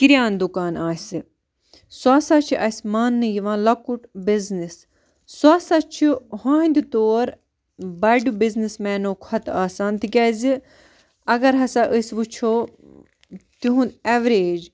کِریان دُکان آسہِ سُہ ہَسا چھُ اَسہِ ماننہٕ یِوان لَکُٹ بِزنٮ۪س سُہ ہَسا چھُ ہُہٕنٛدٕ طور بَڑٕ بِزنٮ۪س مینَو کھۄتہٕ آسان تکیازِ اگر ہَسا أسۍ وٕچھو تہُنٛد ایٚوریج